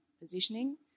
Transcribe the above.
positioning